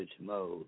mode